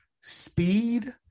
speed